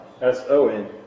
S-O-N